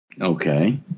Okay